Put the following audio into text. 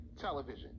Television